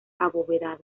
abovedado